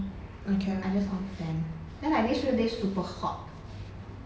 I just on fan then I these few days super hot